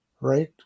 right